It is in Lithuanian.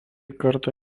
kartą